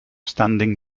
standing